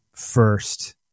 first